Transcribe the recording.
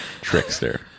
trickster